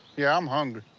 yeah, i'm hungry.